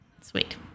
Sweet